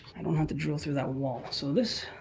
i don't have to drill through that wall. so this.